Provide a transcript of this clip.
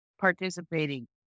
participating